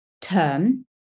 term